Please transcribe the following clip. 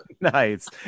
Nice